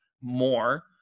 more